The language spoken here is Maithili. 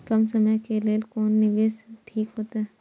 कम समय के लेल कोन निवेश ठीक होते?